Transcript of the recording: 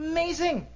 Amazing